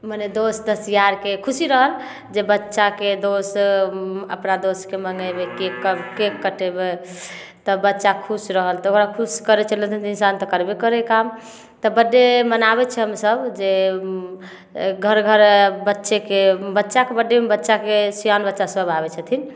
मने दोस्त यारके खुशी रहल जे बच्चाके दोस अपना दोसके मंगेबै केक कटेबै तऽ बच्चा खुश रहल तऽ ओकरा खुश करबे करय काम तऽ बर्थडे मनाबै छियै हमसब जे घर घर बच्चेके बच्चाके बर्थडेमे बच्चाके सियान बच्चा सब आबै छथिन